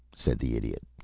said the idiot.